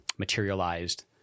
materialized